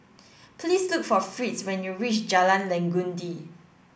please look for Fritz when you reach Jalan Legundi